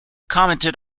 commented